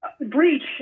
Breach